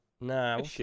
No